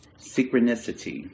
Synchronicity